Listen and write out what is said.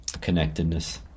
connectedness